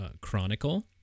Chronicle